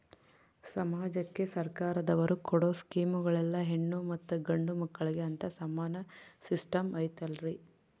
ಸಮಾಜಕ್ಕೆ ಸರ್ಕಾರದವರು ಕೊಡೊ ಸ್ಕೇಮುಗಳಲ್ಲಿ ಹೆಣ್ಣು ಮತ್ತಾ ಗಂಡು ಮಕ್ಕಳಿಗೆ ಅಂತಾ ಸಮಾನ ಸಿಸ್ಟಮ್ ಐತಲ್ರಿ?